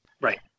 Right